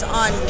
on